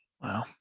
Wow